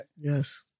Yes